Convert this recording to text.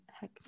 heck